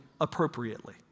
appropriately